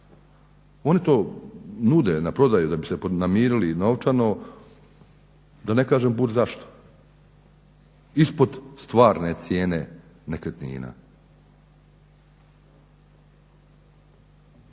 Oni to nude na prodaju da bi se namirili novčano, da ne kažem …/Govornik se ne razumije./… zašto, ispod stvarne cijene nekretnina.